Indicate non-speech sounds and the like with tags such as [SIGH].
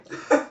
[LAUGHS]